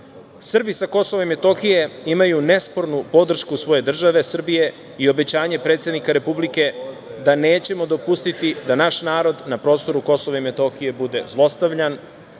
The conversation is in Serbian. Srbi sa KiM imaju nespornu podršku svoje države Srbije i obećanje predsednika Republike da nećemo dopustiti da naš narod na prostoru KiM bude zlostavljan,